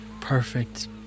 perfect